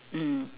mm